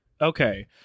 okay